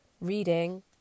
reading